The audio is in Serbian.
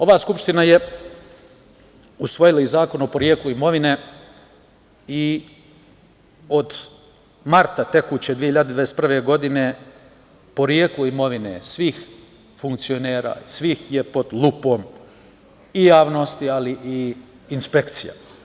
Ova skupština je usvojila i Zakon o poreklu imovine i od marta tekuće 2021. godine poreklo imovine svih funkcionera je pod lupom javnosti i inspekcija.